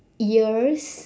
ears